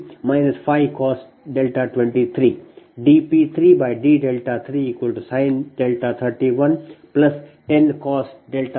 5sin 23 5cos 23 dP3d20